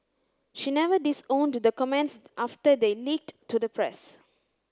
she never disowned the comments after they leaked to the press